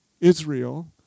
Israel